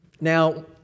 Now